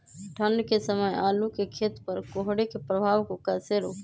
ठंढ के समय आलू के खेत पर कोहरे के प्रभाव को कैसे रोके?